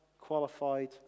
qualified